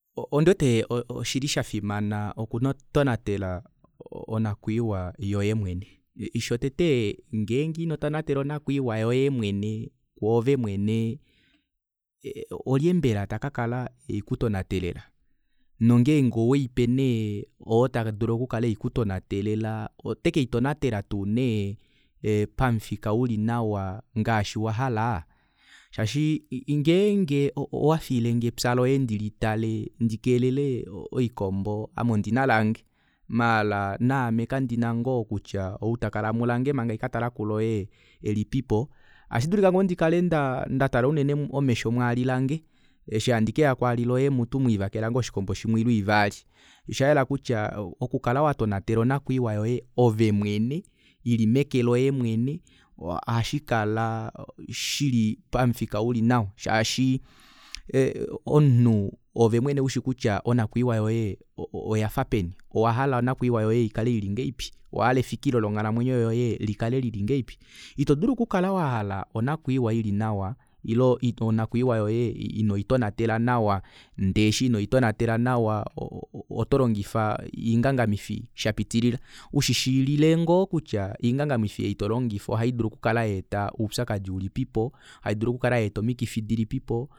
Ondiwete oshili shafimana okutonatela onakwiiwa yoye mwene shotete ngeenge ino tonatela onakwiiwa yoye mwene kwoove mwene olye mbela takakala eikutonatelela nongeenge oweipe oo tadulu okukala eikutonatelela oteke itonatela tuunee pamufika uli nawa ngaashi wahala shaashi ngeenge owafiilenge epya loye ndilitale ndikelele okombo ame ondina lange maala naame kandina ngoo kutya outakala mulange manga haikatala kuloye elipipo ashidulike ngoo ndikale ndaa ndatala unene omesho mwaali lange eshi handi keya kuloye mutu mwelivakela ngoo oshikombo shimwe ile ivali oshayela kutya okukala watonatela onakwiiwa yoye ovemwene ili meke loye mwene ohashikala shili pamufika uli nawa shaashi omunhu oove mwene ushikutya onakwiiwa yoye oyafa peni owahala onakwiiwa yoye ikale ili ngahelipi owahala efikilo longhalamwenyo yoye likale lili ngahelipi ito dulu okukala wahala onakwiiwa ili nawa ile onakwiiwa yoye ino itonatela nawa ndee eshi ino itonatela nawa otolongifa iingangamifi shapitilila ushishilile ngoo kutya oingangamwifi ei tolongifa ohaidulu okukala oipyakadi ulipipo ohaidulu okukala yaeta omikifi dilipipo